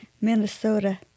Minnesota